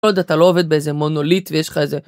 על עוד אתה לא עובד באיזה מונוליט ויש לך איזה